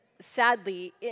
sadly